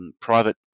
private